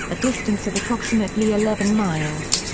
a distance of approximately eleven miles.